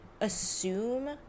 assume